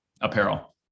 apparel